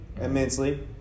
immensely